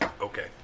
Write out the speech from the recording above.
Okay